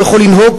לא יכול לנהוג,